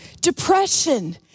depression